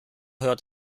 hört